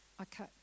okay